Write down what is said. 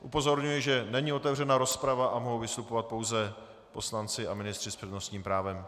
Upozorňuji, že není otevřena rozprava a mohou vystupovat pouze poslanci a ministři s přednostním právem.